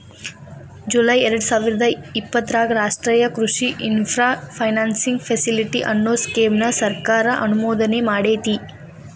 July ಎರ್ಡಸಾವಿರದ ಇಪ್ಪತರಾಗ ರಾಷ್ಟ್ರೇಯ ಕೃಷಿ ಇನ್ಫ್ರಾ ಫೈನಾನ್ಸಿಂಗ್ ಫೆಸಿಲಿಟಿ, ಅನ್ನೋ ಸ್ಕೇಮ್ ನ ಸರ್ಕಾರ ಅನುಮೋದನೆಮಾಡೇತಿ